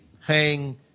hang